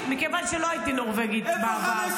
מכיוון שלא הייתי נורבגית בעבר.